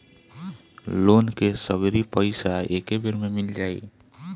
Loan के सगरी पइसा एके बेर में मिल जाई?